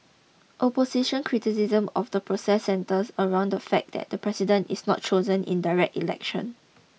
opposition criticism of the process centres around the fact that the president is not chosen in direct election